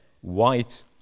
white